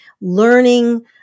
learning